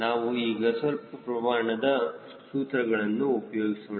ನಾವು ಈಗ ಸ್ವಲ್ಪ ಪ್ರಮಾಣದ ಸೂತ್ರಗಳನ್ನು ಉಪಯೋಗಿಸೋಣ